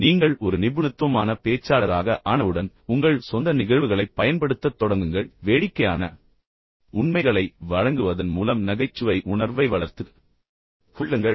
நீங்கள் ஒரு நிபுணத்துவமான பேச்சாளராக ஆனவுடன் உங்கள் சொந்த நிகழ்வுகளைப் பயன்படுத்தத் தொடங்குங்கள் பின்னர் வேடிக்கையான உண்மைகளை வழங்குவதன் மூலம் நகைச்சுவை உணர்வை வளர்த்துக் கொள்ளுங்கள்